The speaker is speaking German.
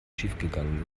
schiefgegangen